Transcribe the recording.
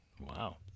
Wow